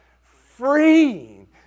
freeing